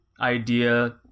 idea